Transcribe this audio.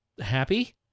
happy